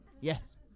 Yes